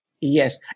Yes